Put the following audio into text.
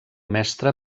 mestre